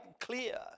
clear